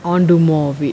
I want do more of it